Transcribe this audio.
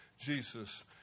Jesus